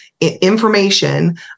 information